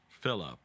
Philip